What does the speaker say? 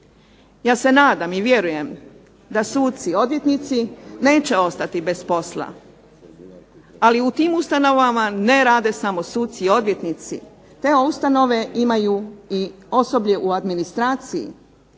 Ja se nadam i vjerujem da suci i odvjetnici neće ostati bez posla, ali u tim ustanovama ne rade samo suci i odvjetnici, te ustanove imaju i osoblje u administraciji,